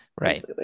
Right